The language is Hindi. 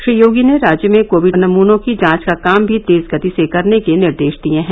श्री योगी ने राज्य में कोविड नमूनों की जांच का काम भी तेज गति से करने के निर्देश दिए हैं